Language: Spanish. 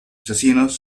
asesinos